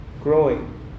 growing